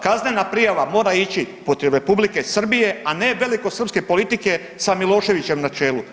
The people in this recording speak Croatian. Kaznena prijava mora ići protiv R. Srbije, a ne velikosrpske politike sa Miloševićem na čelu.